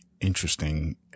interesting